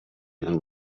and